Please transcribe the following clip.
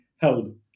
held